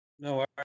No